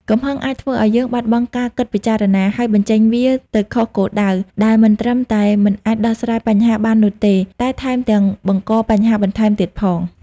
កំហឹងអាចធ្វើឲ្យយើងបាត់បង់ការគិតពិចារណា ហើយបញ្ចេញវាទៅខុសគោលដៅ ដែលមិនត្រឹមតែមិនអាចដោះស្រាយបញ្ហាបាននោះទេ តែថែមទាំងបង្កបញ្ហាបន្ថែមទៀតផង។